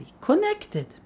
connected